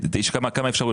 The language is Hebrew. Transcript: יש שם כמה אפשרויות